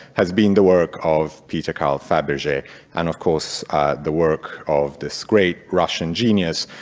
has been the work of peter carl faberge and of course the work of this great russian genius,